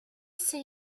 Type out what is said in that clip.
see